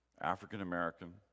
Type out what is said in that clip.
African-American